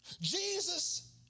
Jesus